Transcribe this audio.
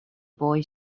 boy